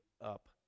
up